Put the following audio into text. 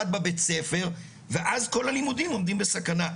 בבית ספר ואז כל הלימודים עומדים בסכנה,